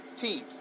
Teams